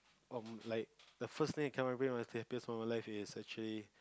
of like the first thing that came out of my brain of the happiest of my life is actually